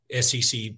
SEC